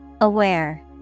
Aware